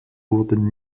wurden